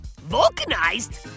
Vulcanized